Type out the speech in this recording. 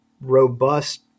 robust